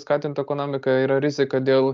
skatint ekonomiką yra rizika dėl